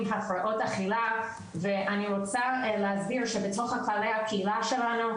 הפרעות אכילה ואני רוצה להסביר שבתוך היכלי הקהילה שלנו,